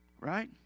right